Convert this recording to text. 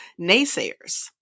naysayers